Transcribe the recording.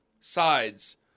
sides